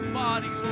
body